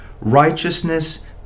righteousness